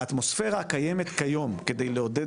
האטמוספירה הקיימת כיום כדי לעודד